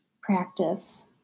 practice